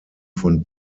von